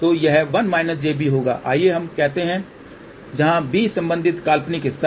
तो यह 1 jb होगा आइए हम कहते हैं जहां b संबंधित काल्पनिक हिस्सा है